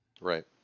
Right